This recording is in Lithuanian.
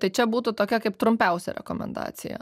tai čia būtų tokia kaip trumpiausia rekomendacija